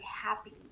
happy